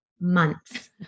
Months